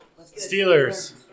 Steelers